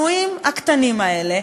במסגרת השינויים הקטנים האלה,